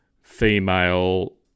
female